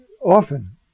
often